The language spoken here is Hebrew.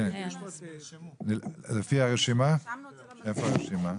לפי הרשימה,